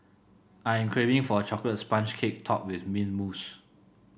I am craving for a chocolate sponge cake topped with mint mousse